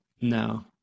No